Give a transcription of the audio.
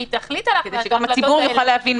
כשהיא תחליט על ההגבלות האלה,